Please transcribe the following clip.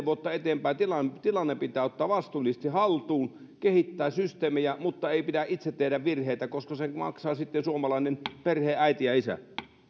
vuotta eteenpäin tilanne tilanne pitää ottaa vastuullisesti haltuun ja kehittää systeemejä mutta ei pidä itse tehdä virheitä koska ne maksaa sitten suomalainen perheenäiti ja isä